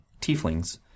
tieflings